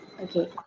Okay